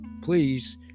please